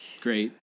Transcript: Great